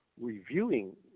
reviewing